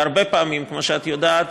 והרבה פעמים, כמו שאת יודעת,